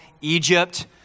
Egypt